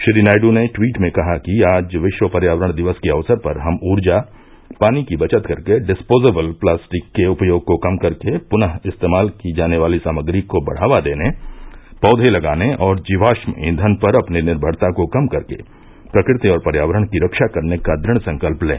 श्री नायडू ने ट्वीट में कहा कि आज विश्व पर्यावरण दिवस के अवसर पर हम ऊर्जा पानी की बचत कर के डिस्पोजेबल प्लास्टिक के उपयोग को कम कर के पुनः इस्तेमाल की जाने वाली सामग्री को बढ़ावा देने पौधे लगाने और जीवाम ईंधन पर अपनी निर्मरता को कम कर के प्रकृति और पर्यावरण की रक्षा करने का दृढ़ संकल्प लें